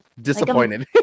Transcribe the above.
disappointed